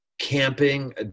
camping